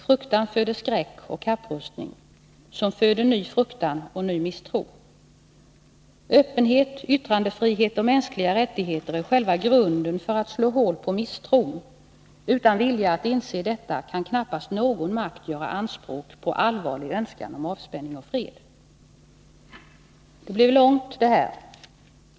Fruktan föder skräck och kapprustning, som föder ny fruktan och ny misstro. Öppenhet, yttrandefrihet och mänskliga rättigheter är själva grunden för att slå hål på misstron — utan vilja att inse detta kan knappast någon makt göra anspråk på allvarlig önskan om avspänning och fred. Det blev ett långt anförande.